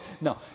No